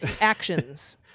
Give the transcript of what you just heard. actions